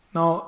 Now